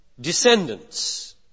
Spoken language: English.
descendants